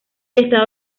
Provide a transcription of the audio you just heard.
estado